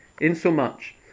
insomuch